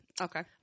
okay